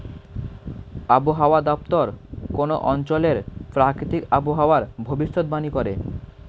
আবহাওয়া দপ্তর কোন অঞ্চলের প্রাকৃতিক আবহাওয়ার ভবিষ্যতবাণী করে